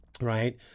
right